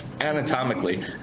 Anatomically